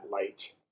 light